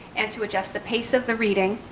and to adjust the pace of the reading.